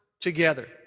together